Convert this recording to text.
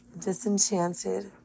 Disenchanted